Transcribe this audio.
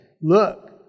look